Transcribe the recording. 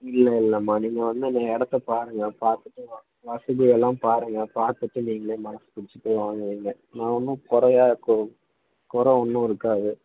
இல்லை இல்லைம்மா நீங்கள் வந்து நே இடத்த பாருங்கள் பார்த்துட்டு வசதியை எல்லாம் பாருங்கள் பார்த்துட்டு நீங்களே மனது பிடிச்சி போய் வாங்குவீங்க நான் ஒன்றும் குறையா கொ குறை ஒன்றும் இருக்காது